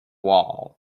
wall